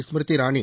Smriti Irani